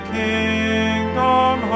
kingdom